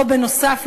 או בנוסף,